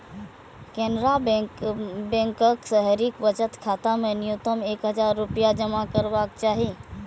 केनरा बैंकक शहरी बचत खाता मे न्यूनतम एक हजार रुपैया जमा रहबाक चाही